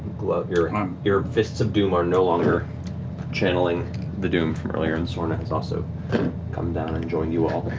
gloves, your and um your fists of doom are no longer channeling the doom from earlier, and soorna has also come down and joined you all.